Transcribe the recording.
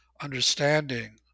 understanding